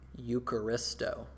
eucharisto